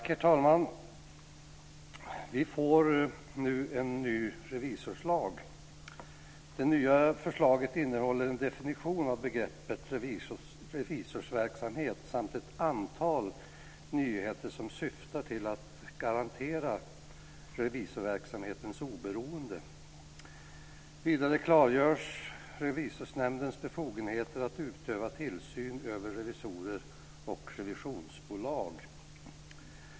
Herr talman! Vi får nu en ny revisorslag. Det nya förslaget innehåller en definition av begreppet revisorsverksamhet samt ett antal nyheter som syftar till att garantera revisorsverksamhetens oberoende. Vidare klargörs Revisorsnämndens befogenheter att utöva tillsyn över revisorer och revisionsbolag.